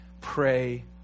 pray